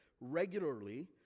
regularly